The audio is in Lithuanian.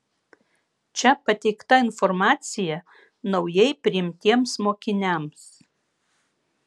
čia pateikta informacija naujai priimtiems mokiniams